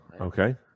Okay